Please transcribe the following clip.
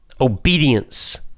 obedience